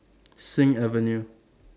Sing Avenue